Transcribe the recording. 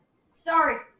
Sorry